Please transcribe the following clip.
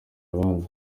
abandi